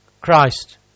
Christ